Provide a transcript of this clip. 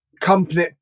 company